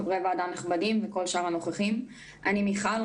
אני מיכל,